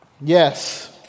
Yes